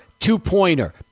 Two-pointer